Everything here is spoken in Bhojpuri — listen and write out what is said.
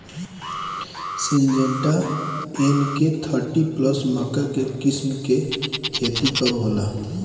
सिंजेंटा एन.के थर्टी प्लस मक्का के किस्म के खेती कब होला?